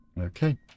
Okay